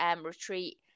retreat